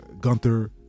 Gunther